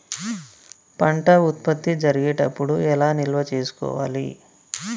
పంట ఉత్పత్తి జరిగేటప్పుడు ఎలా నిల్వ చేసుకోవాలి?